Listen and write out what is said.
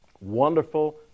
Wonderful